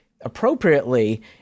appropriately